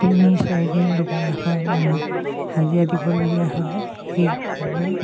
তিনি চাৰিদিন লগোৱা হয় মানুহ হাজিৰা দিবলগীয়া হয় সেইবাবে